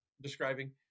describing